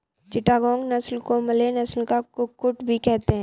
चिटागोंग नस्ल को मलय नस्ल का कुक्कुट भी कहते हैं